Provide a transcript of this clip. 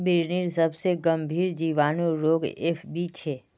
बिर्निर सबसे गंभीर जीवाणु रोग एफ.बी छे